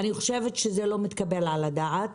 זה לא מתקבל על הדעת.